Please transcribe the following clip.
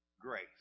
grace